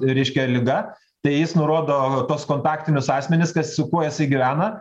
reiškia liga tai jis nurodo tuos kontaktinius asmenis kas su kuo jisai gyvena